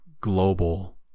global